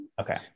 Okay